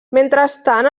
mentrestant